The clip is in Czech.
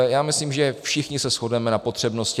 Já myslím, že všichni se shodneme na potřebnosti.